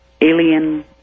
alien